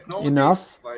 enough